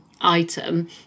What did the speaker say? item